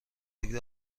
فکر